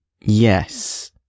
Yes